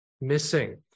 missing